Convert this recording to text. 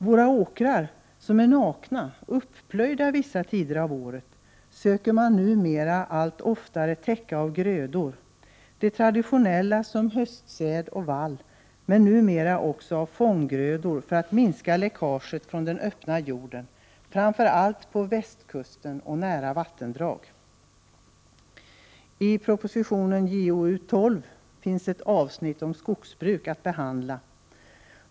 Våra åkrar, som är nakna -— upplöjda vissa tider av året — söker man numera allt oftare täcka med grödor, de traditionella som höstsäd och vall, men numera också av fånggrödor för att minska läckaget från den öppna jorden framför allt på | västkusten och i närheten av vattendrag. I jordbruksutskottets betänkande 12 finns ett avsnitt om skogsbruk som jag skall behandla.